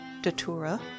datura